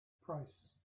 price